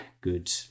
good